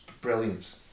brilliant